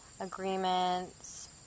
agreements